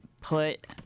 put